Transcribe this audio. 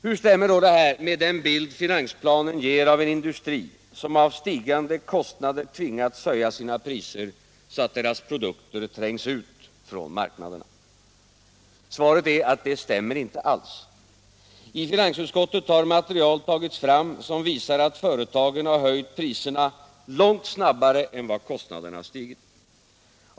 Hur stämmer då detta med den bild finansplanen ger av en industri, som av stigande kostnader tvingats höja sina priser så att dess produkter trängs ut från marknaderna? Svaret är att det stämmer inte alls. I finansutskottet har material tagits fram, som visar att företagen har höjt priserna långt snabbare än kostnaderna stigit.